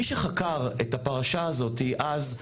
מי שחקר את הפרשה הזאתי, אז,